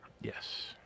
Yes